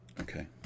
Okay